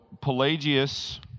Pelagius